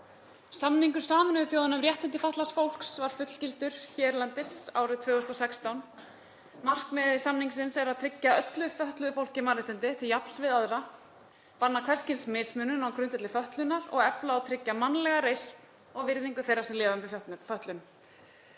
Samningur Sameinuðu þjóðanna um réttindi fatlaðs fólks var fullgiltur hérlendis árið 2016. Markmið samningsins er að tryggja öllu fötluðu fólki mannréttindi til jafns við aðra, banna hvers kyns mismunun á grundvelli fötlunar og efla og tryggja mannlega reisn og virðingu þeirra sem lifa við fötlun.